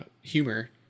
humor